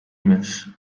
mess